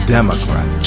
Democrat